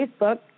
Facebook